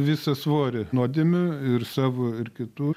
visą svorį nuodėmių ir savo ir kitų